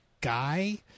guy